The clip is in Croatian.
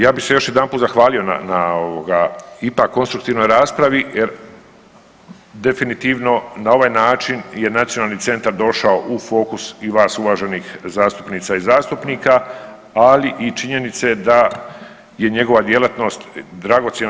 Ja bi se još jedanput zahvalio na ovoga ipak konstruktivnoj raspravi jer definitivno na ovaj način je nacionalni centar došao u fokus i vas uvaženih zastupnica i zastupnika, ali i činjenice da je njegova djelatnost dragocjena.